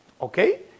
Okay